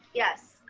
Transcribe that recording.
yes,